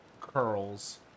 curls